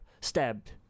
stabbed